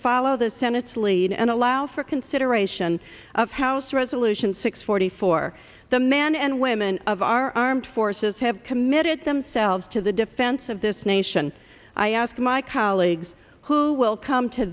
follow the senate's lead and allow for consideration of house resolution six forty four the men and women of our armed forces have committed themselves to the defense of this nation i ask my colleagues who will come to